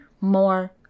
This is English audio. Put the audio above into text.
more